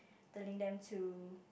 telling them to